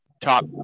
top